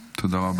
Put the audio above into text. תודה רבה.